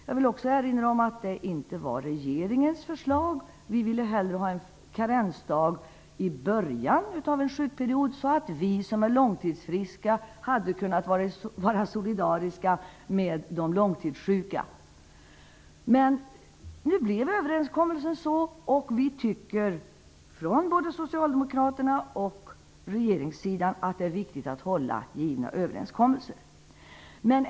Jag vill också erinra om att det inte var regeringens förslag; vi ville hellre ha en karensdag i början av en sjukperiod, så att vi som är långtidsfriska hade kunnat vara solidariska med de långtidssjuka. Men nu blev överenskommelsen sådan, och både socialdemokraterna och regeringen tycker att det är viktigt att hålla gjorda överenskommelser.